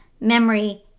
memory